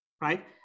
right